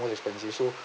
more expensive